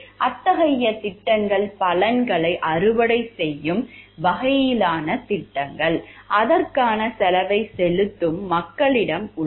அத்தகைய திட்டங்கள் பலன்களை அறுவடை செய்யும் வகையிலான திட்டங்கள் அதற்கான செலவை செலுத்தும் மக்களிடமும் உள்ளன